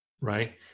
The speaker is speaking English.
right